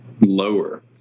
lower